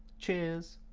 cheers!